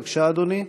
בבקשה, אדוני.